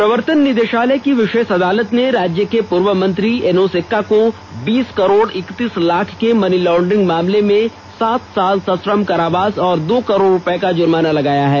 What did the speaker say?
प्रवर्तन निदेषालय की विषेष अदालत ने राज्य के पूर्व मंत्री एनोस एक्का को बीस करोड़ इकतीस लाख के मनी लाउडरिंग मामले में सात साल सश्रम कारावास और दो करोड़ रुपए का जुर्माना लगाया है